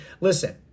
Listen